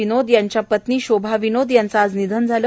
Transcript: विनोद यांच्या पत्नी शोभा विनोद यांचं आज निधन झालं